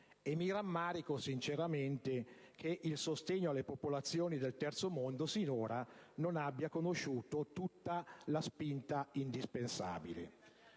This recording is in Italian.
E mi rammarico sinceramente che il sostegno alle popolazioni del Terzo mondo sinora non abbia conosciuto tutta la spinta indispensabile.